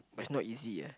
but it's not easy ah